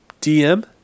dm